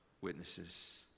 witnesses